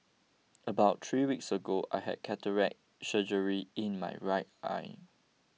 about three weeks ago I had cataract surgery in my right eye